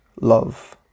love